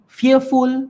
fearful